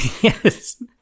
yes